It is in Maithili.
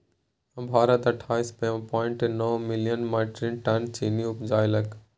भारत अट्ठाइस पॉइंट नो मिलियन मैट्रिक टन चीन्नी उपजेलकै